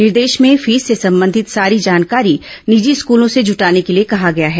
निर्देश में फीस से संबंधित सारी जानकारी निजी स्कूलों से जुटाने के लिए कहा गया है